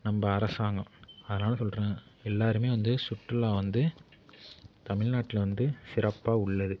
நம்ப அரசாங்கம் அதனால் சொல்கிறேன் எல்லாருமே வந்து சுற்றுலா வந்து தமிழ்நாட்டில் வந்து சிறப்பாக உள்ளது